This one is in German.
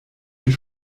hier